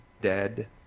dead